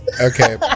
Okay